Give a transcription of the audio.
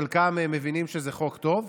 חלקם מבינים שזה חוק טוב.